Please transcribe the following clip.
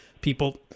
people